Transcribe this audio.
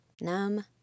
numb